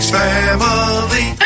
family